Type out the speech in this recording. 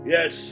Yes